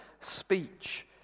speech